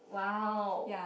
!wow!